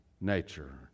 nature